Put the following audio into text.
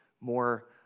more